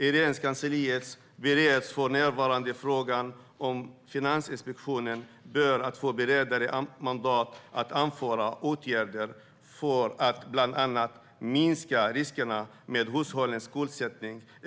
I Regeringskansliet bereds för närvarande frågan om Finansinspektionen bör få ett bredare mandat att införa åtgärder för att bl.a. minska riskerna med hushållens skuldsättning.